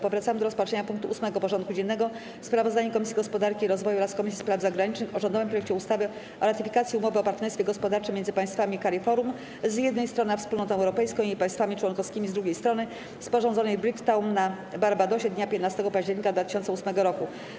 Powracamy do rozpatrzenia punktu 8. porządku dziennego: Sprawozdanie Komisji Gospodarki i Rozwoju oraz Komisji Spraw Zagranicznych o rządowym projekcie ustawy o ratyfikacji Umowy o partnerstwie gospodarczym między państwami CARIFORUM, z jednej strony, a Wspólnotą Europejską i jej państwami członkowskimi, z drugiej strony, sporządzonej w Bridgetown na Barbadosie dnia 15 października 2008 r.